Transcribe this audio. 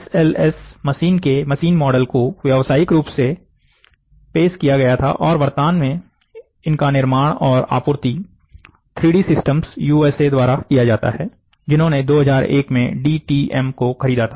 SLS machine के machine model को व्यवसायिक रूप में पेश किया गया था और वर्तमान में इनका निर्माण और आपूर्ति 3डी सिस्टम्स यूएसए द्वारा किया जाता है जिन्होंने 2001 में डीटीएम को खरीदा था